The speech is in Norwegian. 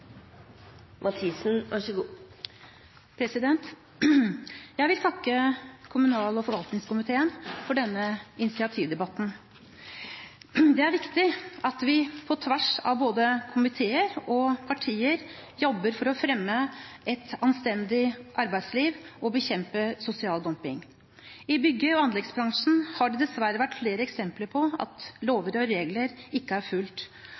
viktig at vi på tvers av både komiteer og partier jobber for å fremme et anstendig arbeidsliv og å bekjempe sosial dumping. I bygg- og anleggsbransjen har det dessverre vært flere eksempler på at lover og regler ikke er